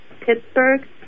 Pittsburgh